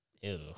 Ew